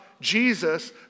Jesus